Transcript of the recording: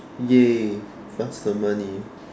!yay! faster money